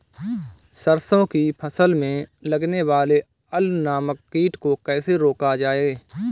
सरसों की फसल में लगने वाले अल नामक कीट को कैसे रोका जाए?